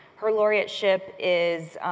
her laureateship is